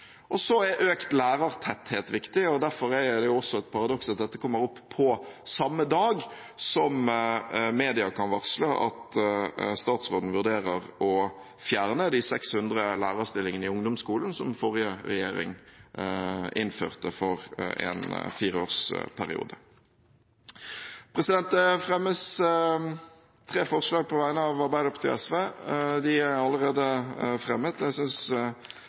Økt lærertetthet er viktig. Derfor er det et paradoks at dette kommer opp på samme dag som media kan varsle om at statsråden vurderer å fjerne de 600 lærerstillingene i ungdomsskolen som forrige regjering innførte for en fireårsperiode. Det er tre forslag fra Arbeiderpartiet og SV. De er allerede fremmet. Jeg synes